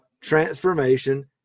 transformation